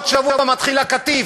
בעוד שבוע מתחיל הקטיף.